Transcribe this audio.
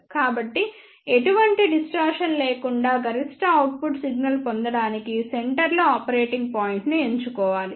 కాబట్టి ఎటువంటి డిస్టార్షన్ లేకుండా గరిష్ట అవుట్పుట్ సిగ్నల్ పొందడానికి సెంటర్ లో ఆపరేటింగ్ పాయింట్ను ఎంచుకోవాలి